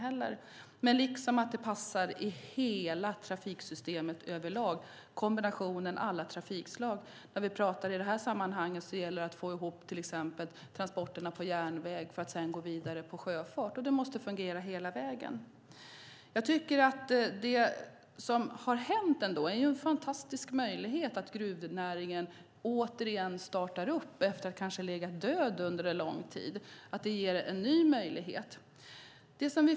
Det måste också passa i hela trafiksystemet i kombinationen av alla trafikslag. I det här sammanhanget gäller det att få transporterna på järnväg att sedan gå vidare med sjöfart. Det måste fungera hela vägen. Jag tycker att det är en fantastisk möjlighet att gruvnäringen återigen startar efter att ha legat död under en lång tid. Det ger en ny möjlighet.